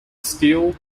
steel